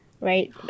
Right